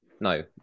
no